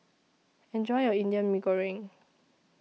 Enjoy your Indian Mee Goreng